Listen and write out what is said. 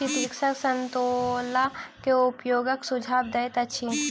चिकित्सक संतोला के उपयोगक सुझाव दैत अछि